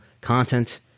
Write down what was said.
content